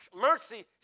Mercy